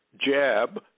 jab